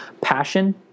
passion